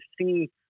see